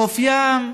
חוף הים.